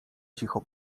cicho